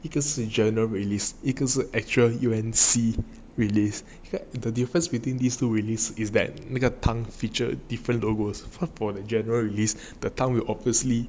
because the journal released 一个是 actual U and C released the difference between these two released is that 那个 tang feature different logos for for the general release the tang will obviously